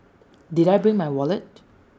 did I bring my wallet